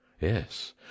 yes